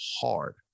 hard